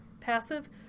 passive